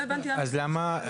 אז למה?